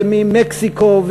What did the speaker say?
ממקסיקו,